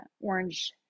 orange